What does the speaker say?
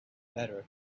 better